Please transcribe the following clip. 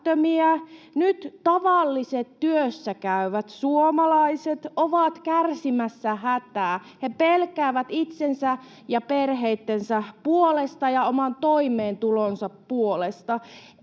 Nyt tavalliset työssäkäyvät suomalaiset ovat kärsimässä hätää. He pelkäävät itsensä ja perheittensä puolesta ja oman toimeentulonsa puolesta.